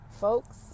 folks